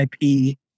IP